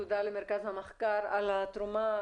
תודה למרכז המחקר על התרומה.